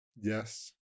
Yes